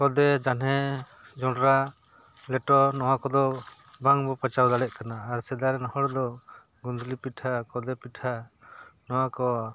ᱠᱷᱚᱫᱮ ᱡᱟᱱᱦᱮ ᱡᱚᱸᱰᱨᱟ ᱞᱮᱴᱚ ᱱᱚᱣᱟ ᱠᱚᱫᱚ ᱵᱟᱝ ᱵᱚ ᱯᱟᱪᱟᱣ ᱫᱟᱲᱮᱭᱟᱜ ᱠᱟᱱᱟ ᱟᱨ ᱥᱮᱫᱟᱭ ᱨᱮᱱ ᱦᱚᱲ ᱫᱚ ᱜᱩᱸᱫᱽᱞᱤ ᱯᱤᱴᱷᱟᱹ ᱠᱷᱚᱫᱮ ᱯᱤᱴᱷᱟᱹ ᱱᱚᱣᱟ ᱠᱚ